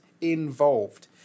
involved